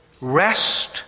rest